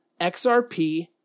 XRP